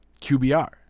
QBR